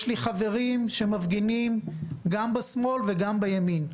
יש לי חברים שמפגינים גם בשמאל וגם בימין.